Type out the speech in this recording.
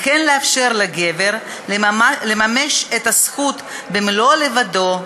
וכן לאפשר לגבר לממש את הזכות במלואה לבדו,